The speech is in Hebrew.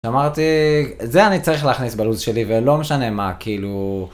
אמרתי, את זה אני צריך להכניס בלו"ז שלי ולא משנה מה כאילו.